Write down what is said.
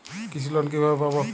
কৃষি লোন কিভাবে পাব?